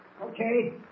Okay